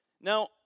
Now